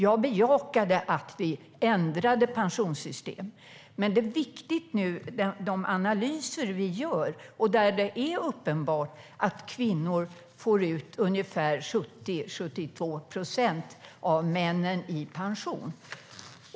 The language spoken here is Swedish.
Jag bejakade att vi ändrade pensionssystem. Men de analyser vi gör nu är viktiga. Det är uppenbart att kvinnors pension är ungefär 70-72 procent av männens.